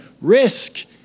risk